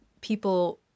people